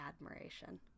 admiration